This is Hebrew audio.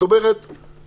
אמרתי את זה נכון?